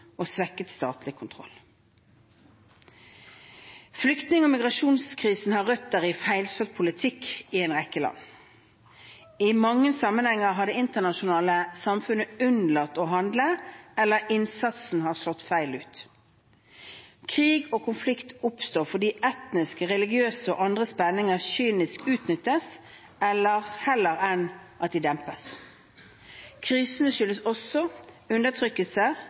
og svekket statlig kontroll. Flyktning- og migrasjonskrisen har røtter i feilslått politikk i en rekke land. I mange sammenhenger har det internasjonale samfunnet unnlatt å handle, eller innsatsen har slått feil ut. Krig og konflikt oppstår fordi etniske, religiøse og andre spenninger kynisk utnyttes heller enn at de dempes. Krisene skyldes også undertrykkelse